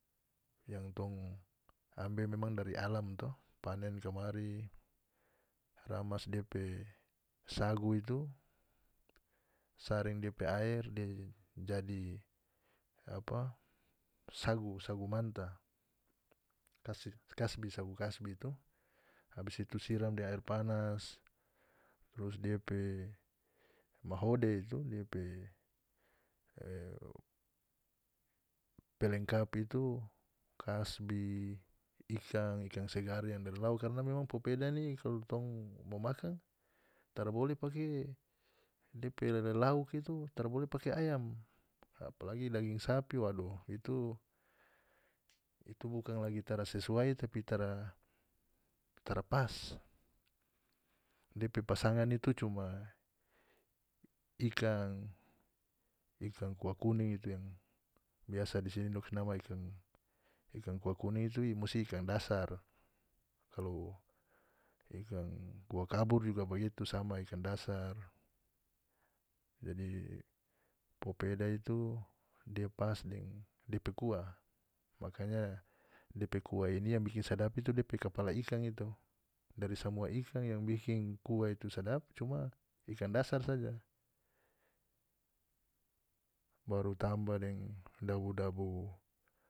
Yang tong ambe memang dari alam to panen kamari ramas depe sagu itu saring depe aer dia jadi apa sagu sagu manta kasbi sagu kasbi to abis itu siram deng air panas trus dia pe mahode itu dia pe e pelengkap itu kasbi ikan ikan ikan segar yang dari lao karna memang popeda ni kalu tong mo makan tara boleh pake ayam apalagi daging sapi wadoh itu itu bukan lagi tara sesuai tapi tara tara pas depe pasangan itu cuma ikan ikan kuah kuning itu yang biasa di sini dong kas nama ikan ikan kuah kuning itu musi ikan dasar kalu ikan kuah kabur juga bagitu sama ikan dasar jadi popeda itu dia pas deng depe kuah makanya depe kuah ini yang bikin sadap itu depe kapala ikan itu dari samua ikan yang bikin kuah itu sadap cuma ikan dasar saja baru tambah deng dabu-dabu.